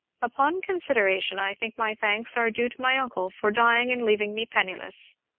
upon consideration i think my thanks are due to my uncle for dying and leaving me penniless.